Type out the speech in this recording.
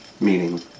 Meaning